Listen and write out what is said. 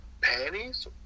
panties